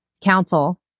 council